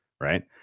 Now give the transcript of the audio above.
right